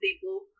people